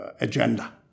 agenda